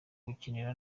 gukinira